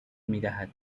میدهد